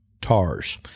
TARS